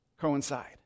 coincide